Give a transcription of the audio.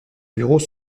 bureaux